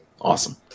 awesome